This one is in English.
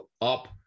up